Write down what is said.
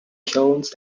kilns